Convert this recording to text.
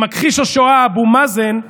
למכחיש השואה אבו מאזן,